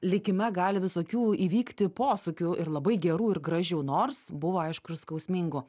likime gali visokių įvykti posūkių ir labai gerų ir gražių nors buvo aišku ir skausmingų